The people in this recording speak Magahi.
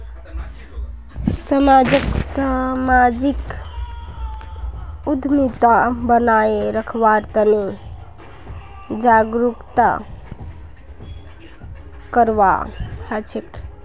समाजक सामाजिक उद्यमिता बनाए रखवार तने जागरूकता करवा हछेक